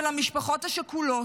של המשפחות השכולות,